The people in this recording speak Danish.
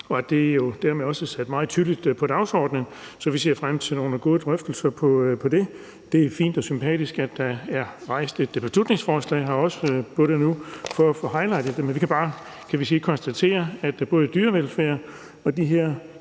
med. Det er jo dermed også sat meget tydeligt på dagsordenen, så vi ser frem til nogle gode drøftelser om det. Det er fint og sympatisk, at der nu også er rejst et beslutningsforslag om det i forhold til at få highlightet det. Vi kan bare konstatere, at både dyrevelfærd og de her,